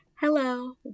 Hello